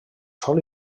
sol